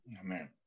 Amen